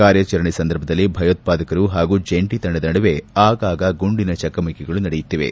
ಕಾರ್ಯಾಚರಣೆ ಸಂದರ್ಭದಲ್ಲಿ ಭಯೋತ್ಪಾದಕರು ಹಾಗೂ ಜಂಟಿ ತಂಡದ ನಡುವೆ ಆಗಾಗ ಗುಂಡಿನ ಚಕಮಕಿಗಳು ನಡೆಯುತ್ತಿವೆ